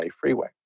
freeway